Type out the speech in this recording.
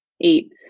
eight